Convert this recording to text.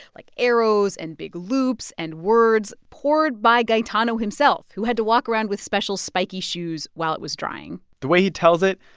like arrows, and big loops and words poured by gaetano himself, who had to walk around with special spiky shoes while it was drying the way he tells it,